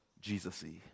Jesus-y